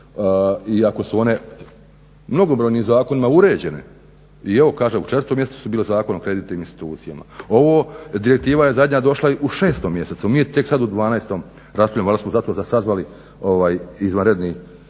iako su one u mnogobrojnim zakonima uređene i evo kaže u četvrtom mjesecu su bile Zakon o kreditnim institucijama. Ovo direktiva je zadnja došla u 6 mjesecu, mi je tek sada u 12 raspravljamo, valjda smo zato sazvali izvanrednu